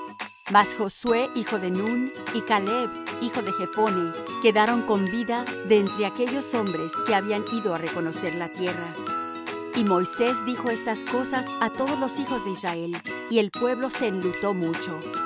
mas josué hijo de nun y caleb hijo de jephone quedaron con vida de entre aquellos hombres que habían ido á reconocer la tierra y moisés dijo estas cosas á todos los hijos de israel y el pueblo se enlutó mucho y